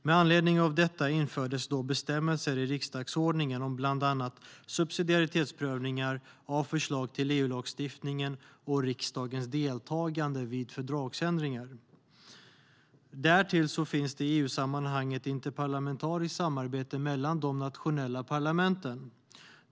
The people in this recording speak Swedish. Med anledning av detta infördes bestämmelser i riksdagsordningen om bland annat subsidiaritetsprövningar av förslag till EU-lagstiftning och riksdagens deltagande vid fördragsändringar. Därtill finns det i EU-sammanhang ett interparlamentariskt samarbete mellan de nationella parlamenten.